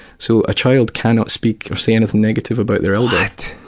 so a child cannot speak, or say anything negative about their elder. what?